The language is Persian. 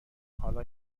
حالا